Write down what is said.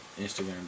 Instagram